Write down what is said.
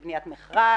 של בניית מכרז,